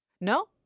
No